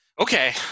Okay